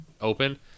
open